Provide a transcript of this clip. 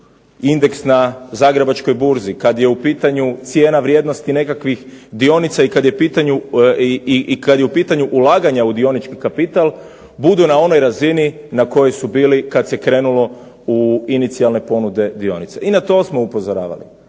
indeks na Zagrebačkoj burzi, kada je u pitanju cijena vrijednosti nekakvih dionica i kada je u pitanju ulaganje u dionički kapital budu na ovoj razini na kojoj su bili kada se krenuli u inicijalne ponude dionice. I na to smo upozoravali